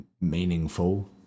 meaningful